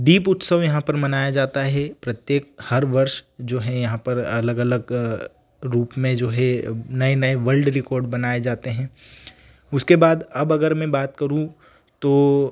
दीप उत्सव यहाँ पर मनाया जाता है प्रत्येक हर वर्ष जो है यहाँ पर अलग अलग रूप में जो है नए नए वर्ल्ड रिकॉर्ड बनाए जाते हैं उसके बाद अब अगर मैं बात करूँ तो तो